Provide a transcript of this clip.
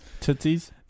tootsies